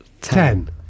Ten